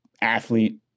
athlete